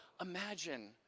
Imagine